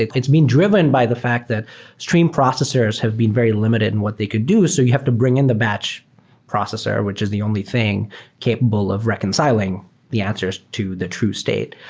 it's being driven by the fact that stream processors have been very limited in what they could do so you have to bring in the batch processor, which is the only thing capable of reconciling the answers to the true state.